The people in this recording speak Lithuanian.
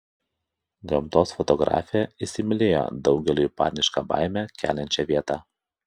gamtos fotografė įsimylėjo daugeliui panišką baimę keliančią vietą